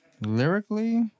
Lyrically